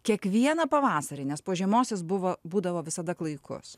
kiekvieną pavasarį nes po žiemos jis buvo būdavo visada klaikus